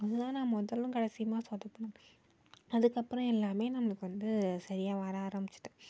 அது தான் நான் முதலும் கடைசியுமாக சொதப்புனது அதுக்கப்பறம் எல்லாமே நம்மளுக்கு வந்து சரியாக வர ஆரமிச்சிட்டு